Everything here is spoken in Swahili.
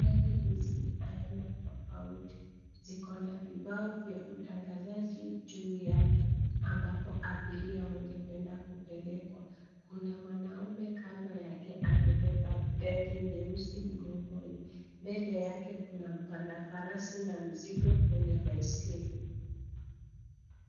Gari hizi ni aina tofauti. Ziko na vibao vya utangazaji juu yake, ambapo abiria wangependa kupelekwa. Kuna mwanaume kando yake amebeba begi nyeusi mgongoni. Mbele yake kuna mpanda farasi na mzigo kwenye baiskeli.